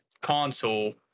console